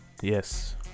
Yes